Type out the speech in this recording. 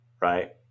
right